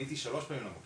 עניתי שלוש פעמים למוקד,